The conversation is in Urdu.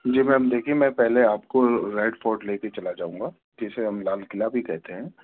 جی میم دیکھیے میں پہلے آپ کو ریڈ فورٹ لے کے چلا جاؤں گا جسے ہم لال قلعہ بھی کہتے ہیں